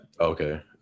Okay